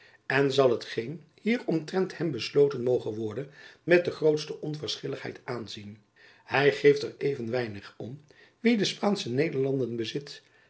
en zal hetgeen hier omtrent hem besloten moge worden met de grootste onverschilligheid aanzien hy geeft er even weinig om wie de spaansche nederlanden bezit